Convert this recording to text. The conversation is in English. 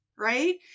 Right